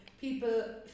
people